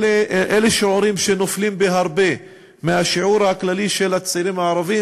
אלה שיעורים שנופלים בהרבה מהשיעור הכללי של הצעירים הערבים,